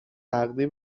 نقدی